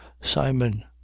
Simon